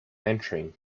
entering